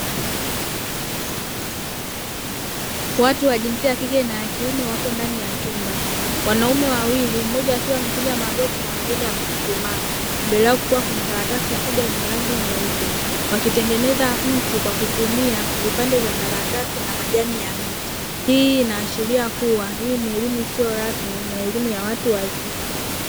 Watu wa jinsia ya kike na kiume wapo ndani ya chumba, wanaume wawili mmoja akiwa amepiga magoti na mwingine amechuchumaa, mbele yao kukiwa na karatasi kubwa yenye rangi nyeupe wakitengeneza mti kwa kutumia vipande vya karatasi na majani ya miti. Hii inaashiria kuwa ni elimu isiyorasmi na elimu ya watu wazima.